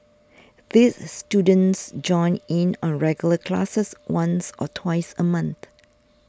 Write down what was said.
these students join in on regular classes once or twice a month